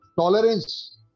Tolerance